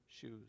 shoes